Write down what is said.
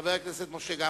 וחבר הכנסת משה גפני.